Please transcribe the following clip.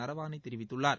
நரவானே தெரிவித்துள்ளார்